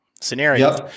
scenario